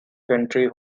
country